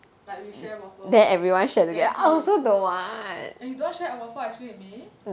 like we share waffle then he eh you don't want share a waffle ice cream with me